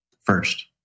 first